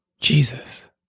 jesus